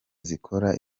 zikora